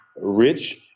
rich